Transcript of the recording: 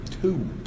Two